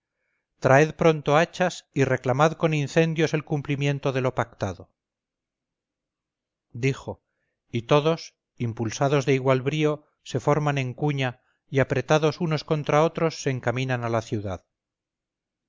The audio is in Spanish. traed pronto hachas y reclamad con incendios el cumplimiento de lo pactado dijo y todos impulsados de igual brío se forman en cuña y apretados unos contra otros se encaminan a la ciudad